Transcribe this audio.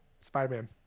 spider-man